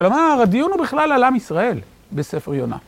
כלומר, הדיון הוא בכלל על עם ישראל, בספר יונה.